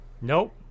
Nope